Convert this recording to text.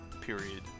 Period